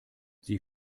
sie